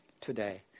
today